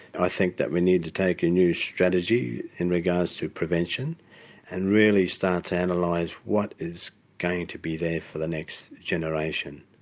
i think that we need to take a new strategy in regards to prevention and really start to and analyse what is going to be there for the next generation.